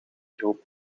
groep